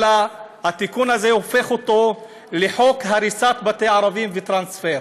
אלא התיקון הזה הופך אותו לחוק הריסת בתי ערבים וטרנספר,